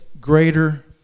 greater